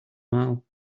mall